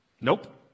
Nope